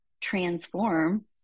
transform